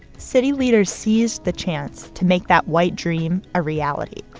city leaders see the chance to make that white dream a reality.